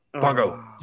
Pongo